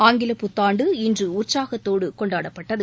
ஆங்கிலப் புத்தாண்டு இன்று உற்சாகத்தோடு கொண்டாடப்பட்டது